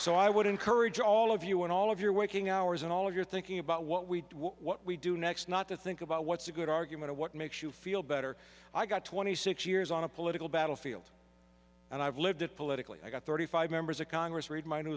so i would encourage all of you and all of your waking hours and all of your thinking about what we do what we do next not to think about what's a good argument or what makes you feel better i got twenty six years on a political battlefield and i've lived it politically i got thirty five members of congress read m